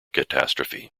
catastrophe